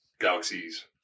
Galaxies